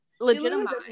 legitimize